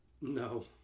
No